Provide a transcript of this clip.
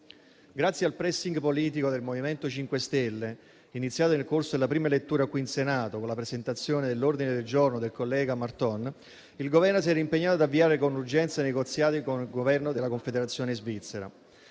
Grazie al *pressing* politico del MoVimento 5 Stelle, iniziato nel corso della prima lettura qui in Senato, con la presentazione dell'ordine del giorno del collega Marton, il Governo si era impegnato ad avviare con urgenza i negoziati con il Governo della Confederazione svizzera.